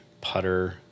putter